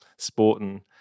sporting